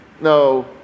no